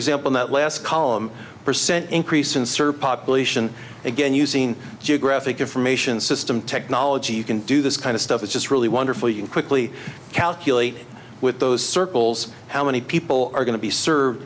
example that last column percent increase in serp operation again using geographic information system technology you can do this kind of stuff it's just really wonderful you quickly calculate with those circles how many people are going to be served